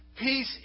Peace